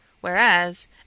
Whereas